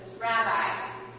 Rabbi